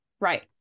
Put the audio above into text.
Right